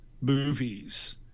movies